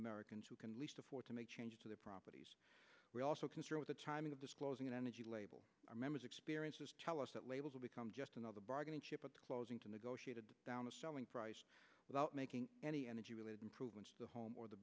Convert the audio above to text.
americans who can least afford to make changes to their properties we also concern with the timing of disclosing an energy label our members experiences tell us that labels will become just another bargaining chip closing to negotiate down the selling price without making any energy related improvements the home or the